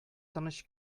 тыныч